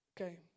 Okay